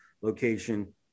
location